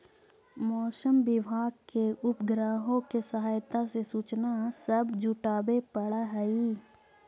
मौसम विभाग के उपग्रहों के सहायता से सूचना सब जुटाबे पड़ हई